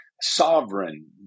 sovereign